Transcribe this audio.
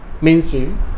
mainstream